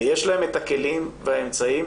ויש להם את הכלים ואת האמצעים,